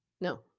No